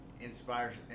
Inspires